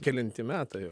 kelinti metai